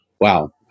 Wow